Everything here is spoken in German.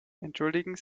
entschuldigen